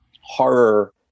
horror